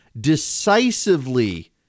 decisively